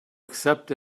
accept